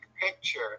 picture